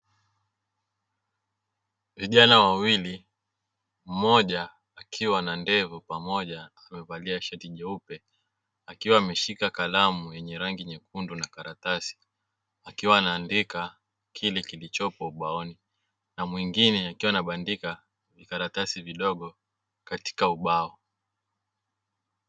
Vijana wawili mmoja akiwa na ndevu pamoja wamevalia shati jeupe akiwa ameshika kalamu yenye rangi nyekundu na karatasi akiwa anaandika kile kilichopo ubaoni na mwingine akiwa anabandika vikaratasi vidogo katika ubao.